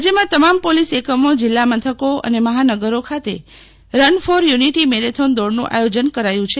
રાજ્યમાં તમામ પોલીસ એકમો જિલ્લા મથકો અને મહાનગરો ખાતે રન ફોર યુનિટી મેરેથોન દોડનું આયોજન કરાયું છે